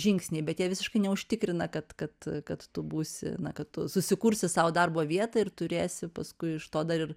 žingsniai bet jie visiškai neužtikrina kad kad kad tu būsi na kad tu susikursi sau darbo vietą ir turėsi paskui iš to dar ir